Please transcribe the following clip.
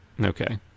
Okay